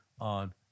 on